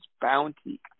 bounty